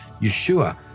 yeshua